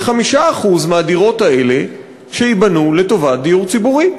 ל-5% מהדירות האלה שייבנו לטובת דיור ציבורי.